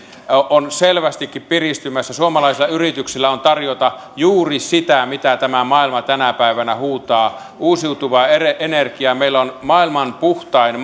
on selvästikin piristymässä suomalaisilla yrityksillä on tarjota juuri sitä mitä tämä maailma tänä päivänä huutaa uusiutuvaa energiaa meillä on esimerkkinä maailman puhtain